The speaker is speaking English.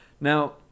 now